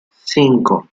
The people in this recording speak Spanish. cinco